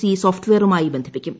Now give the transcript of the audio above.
C സോഫ്റ്റുവെയറുമായി ബന്ധിപ്പിക്കും